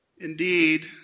Indeed